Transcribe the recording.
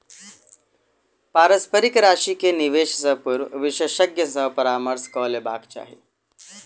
पारस्परिक राशि के निवेश से पूर्व विशेषज्ञ सॅ परामर्श कअ लेबाक चाही